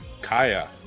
Kaya